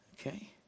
Okay